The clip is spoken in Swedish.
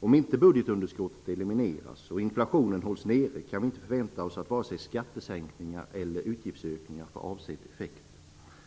Om inte budgetunderskottet elimineras och inflationen fås ner kan vi inte förvänta oss att vare sig skattesänkningar eller utgiftsökningar får avsedd effekt